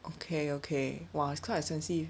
okay okay !wah! it's quite expensive